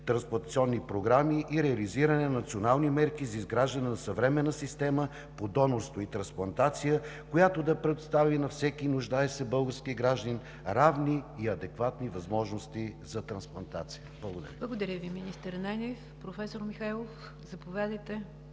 трансплантационни програми и реализиране на национални мерки за изграждането на съвременна система по донорство и трансплантация, която да предостави на всеки нуждаещ се български гражданин равни и адекватни възможности за трансплантация. Благодаря. ПРЕДСЕДАТЕЛ НИГЯР ДЖАФЕР: Благодаря Ви, министър Ананиев. Професор Михайлов, заповядайте